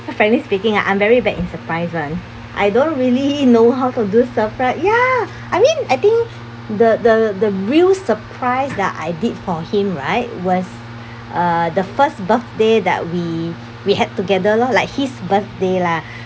frankly speaking ah I'm very bad in surprise [one] I don't really know how to do surprise ya ya I mean I think the the the real surprised that I did for him right was uh the first birthday that we we had together lor like his birthday lah